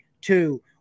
two